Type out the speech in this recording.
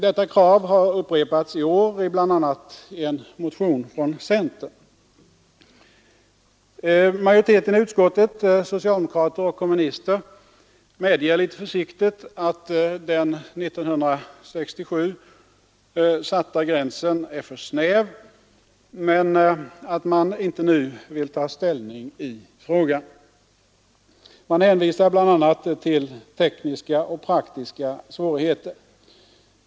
Detta krav har upprepats i år i bl.a. en motion från centern. Majoriteten i utskottet — socialdemokrater och kommunister — medger lite försiktigt att den 1967 satta gränsen är för snäv, men man vill inte nu ta ställning i frågan. Man hänvisar bl.a. till tekniska och praktiska svårigheter.